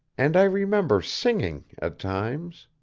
and i remember singing, at times.